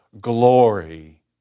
glory